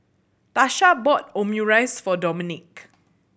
Tasha bought Omurice for Domenick